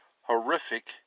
horrific